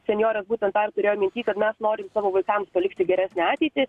senjorės būtent tą ir turėjo minty kad mes norim savo vaikams palikti geresnę ateitį